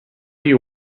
you